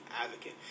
advocate